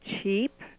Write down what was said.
cheap